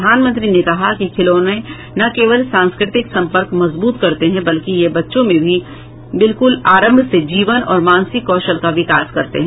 प्रधानमंत्री ने कहा कि खिलौने न केवल सांस्कृतिक संपर्क मजबूत करते हैं बल्कि ये बच्चों में भी बिल्कुल आरंभ से जीवन और मानसिक कौशल का विकास करते हैं